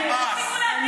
תפסיקו להטיף לנו,